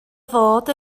fod